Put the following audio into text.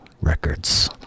records